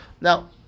Now